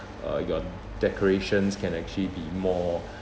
uh your decorations can actually be more